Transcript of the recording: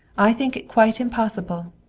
i think it quite impossible.